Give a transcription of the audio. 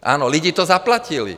Ano, lidi to zaplatili.